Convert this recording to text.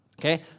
Okay